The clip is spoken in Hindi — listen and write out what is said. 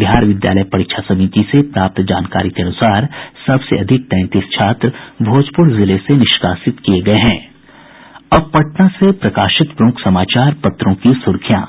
बिहार विद्यालय परीक्षा समिति से प्राप्त जानकारी के अनुसार सबसे अधिक तैंतीस छात्र भोजपुर जिले से निष्कासित किये गये हेंदे अब पटना से प्रकाशित प्रमुख समाचार पत्रों की सुर्खियां